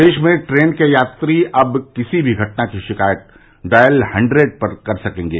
प्रदेश में ट्रेन के यात्री अब किसी भी घटना की शिकायत डॉयल हन्ट्रेड पर कर सकेंगे